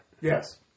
Yes